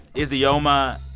isioma,